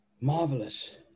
Marvelous